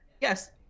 yes